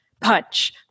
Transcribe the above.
punch